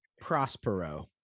prospero